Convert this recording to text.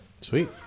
Sweet